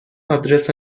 آدرس